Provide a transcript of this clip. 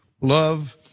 love